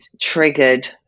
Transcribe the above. triggered